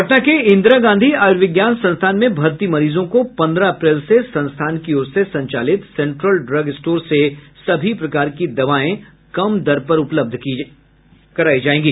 पटना के इंदिरा गांधी आयूर्विज्ञान संस्थान में भर्ती मरीजों को पंद्रह अप्रैल से संस्थान की ओर से संचालित सेन्ट्रल ड्रग स्टोर से सभी प्रकार की दवाएं कम दर पर उपलब्ध होंगी